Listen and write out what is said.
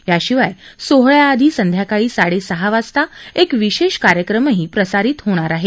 याशिवाय सोहळ्याआधी संध्याकाळी साडेसहा वाजता एक विशेष कार्यक्रमही प्रसारीत केला जाणार आहे